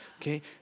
Okay